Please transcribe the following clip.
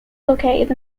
located